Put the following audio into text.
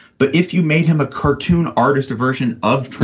but if you made him a cartoon artist version of